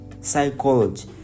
Psychology